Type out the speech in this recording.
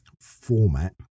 format